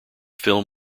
film